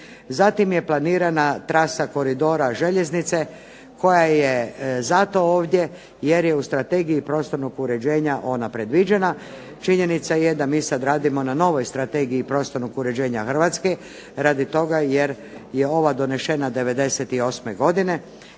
Zatim je planirana trasa koridora željeznice koja je zato ovdje jer je u strategiji prostornog uređenja ona predviđena. Činjenica je da mi sad radimo na novoj strategiji prostornog uređenja Hrvatske radi toga jer je ova donešena '98. godine.